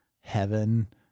heaven